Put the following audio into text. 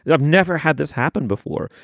yeah i've never had this happen before.